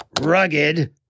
Rugged